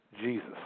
Jesus